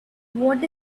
what